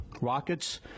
rockets